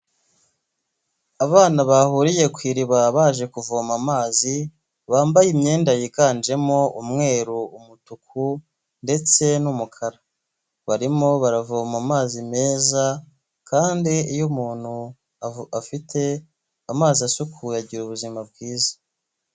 Abana bahuriye ku iriba baje kuvoma amazi bambaye imyenda yiganjemo umweru, umutuku ndetse n'umukara barimo, baravoma amazi meza kandi iyo umuntu afite amazi asukuye agira ubuzima bwiza.